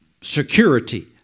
security